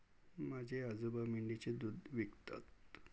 माझे आजोबा मेंढीचे दूध विकतात